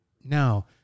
now